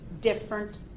different